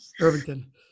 Irvington